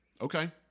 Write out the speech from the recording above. Okay